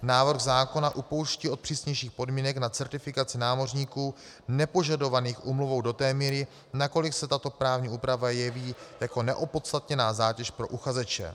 Návrh zákona upouští od přísnějších podmínek na certifikaci námořníků nepožadovaných úmluvou do té míry, nakolik se tato právní úprava jeví jako neopodstatněná zátěž pro uchazeče.